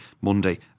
Monday